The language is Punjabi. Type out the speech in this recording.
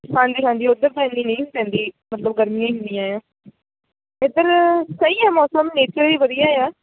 ਹਾਂਜੀ ਹਾਂਜੀ ਓਧਰ ਤਾਂ ਇੰਨੀ ਨਹੀਂ ਪੈਂਦੀ ਮਤਲਬ ਗਰਮੀਆਂ ਹੀ ਹੁੰਦੀਆਂ ਹੈ ਇੱਧਰ ਸਈ ਹੈ ਮੌਸਮ ਇੱਥੇ ਵੀ ਵਧੀਆ ਆ